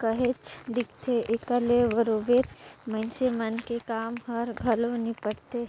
काहेच दिखथे, एकर ले बरोबेर मइनसे मन के काम हर घलो निपटथे